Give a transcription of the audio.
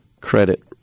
credit